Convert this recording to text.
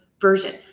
Version